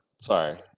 sorry